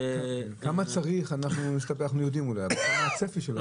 כמה צריך אנחנו יודעים אולי, אבל מה הצפי?